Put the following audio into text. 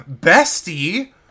Bestie